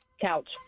Couch